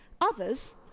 Others